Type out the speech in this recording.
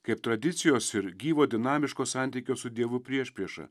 kaip tradicijos ir gyvo dinamiško santykio su dievu priešpriešą